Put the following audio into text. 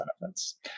benefits